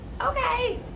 Okay